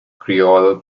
creole